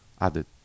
added